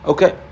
Okay